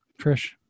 Trish